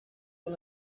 con